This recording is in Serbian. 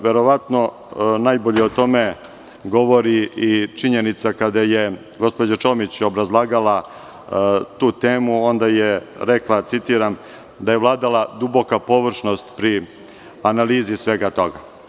Verovatno najbolje o tome govori i činjenica kada je gospođa Čomić obrazlagala tu temu, onda je rekla citiram – da je vladala duboka površnost pri analizi svega toga.